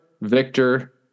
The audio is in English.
Victor